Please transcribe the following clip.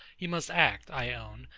he must act, i own,